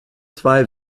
zwei